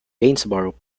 gainsborough